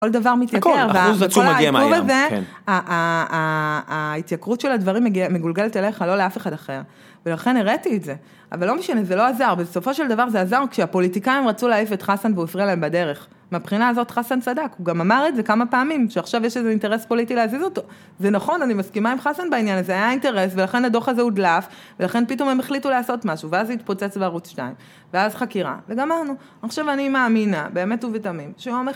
כל דבר מתייקר, וההתייקרות של הדברים מגולגלת אליך, לא לאף אחד אחר. ולכן הראתי את זה, אבל לא משנה, זה לא עזר, בסופו של דבר זה עזר כשהפוליטיקאים רצו להעיף את חסן והוא הפריע להם בדרך. מהבחינה הזאת חסן צדק, הוא גם אמר את זה כמה פעמים, שעכשיו יש איזה אינטרס פוליטי להזיז אותו. זה נכון, אני מסכימה עם חסן בעניין הזה, זה היה אינטרס, ולכן הדוח הזה הודלף, ולכן פתאום הם החליטו לעשות משהו, ואז זה התפוצץ בערוץ 2, ואז חקירה, וגמרנו. עכשיו אני מאמינה, באמת ובתמים, שהומחים...